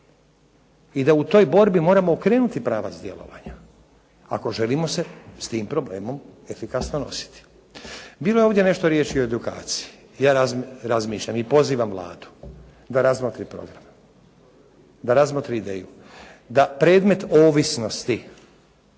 i da u toj borbi moramo okrenuti pravac djelovanja, ako se želimo s tim problemom efikasno nositi. Bilo je ovdje nešto riječi o edukaciji. Ja razmišljam i pozivam Vladu da razmotri program, da razmotri ideju, da predmet ovisnosti